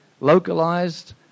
localized